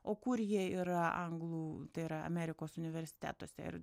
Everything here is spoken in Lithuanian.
o kur jie yra anglų tai yra amerikos universitetuose ir